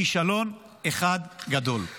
כישלון אחד גדול.